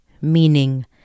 meaning